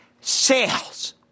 sales